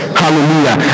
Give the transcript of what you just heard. hallelujah